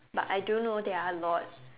but I do know there are a lot